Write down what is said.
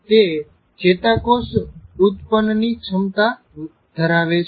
તે ચેતાકોષ ઉત્પન્ન ની ક્ષમતા ધરાવે છે